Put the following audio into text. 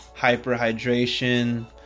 hyperhydration